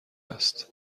است